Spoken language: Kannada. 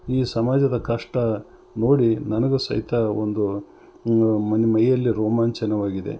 ಈ ಸಮಾಜದ ಕಷ್ಟ ನೋಡಿ ನನಗೂ ಸಹಿತ ಒಂದು ಮೈಯಲ್ಲಿ ರೋಮಾಂಚನವಾಗಿದೆ